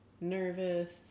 nervous